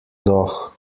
doch